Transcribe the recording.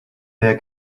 their